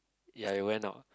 ya it went out